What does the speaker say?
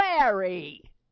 Larry